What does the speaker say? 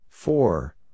Four